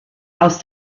aus